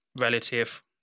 relative